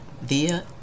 via